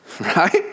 right